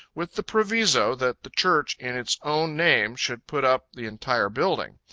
with the proviso, that the church in its own name should put up the entire building.